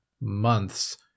months